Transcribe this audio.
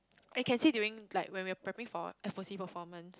like you can see during like when we are prepping for F_O_C performance